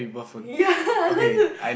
ya I like to